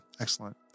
Excellent